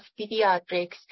Pediatrics